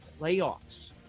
playoffs